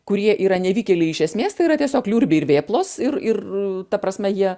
kurie yra nevykėliai iš esmės tai yra tiesiog liurbiai ir vėplos ir ir ta prasme jie